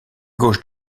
gauche